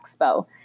Expo